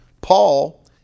Paul